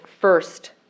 first